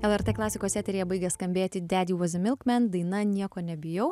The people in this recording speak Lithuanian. lrt klasikos eteryje baigia skambėti dedi vuos e milkmen daina nieko nebijau